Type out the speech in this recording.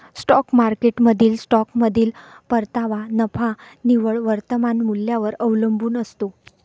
stock मार्केटमधील स्टॉकमधील परतावा नफा निव्वळ वर्तमान मूल्यावर अवलंबून असतो